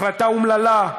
החלטה אומללה,